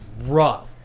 rough